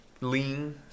Lean